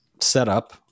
setup